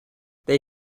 they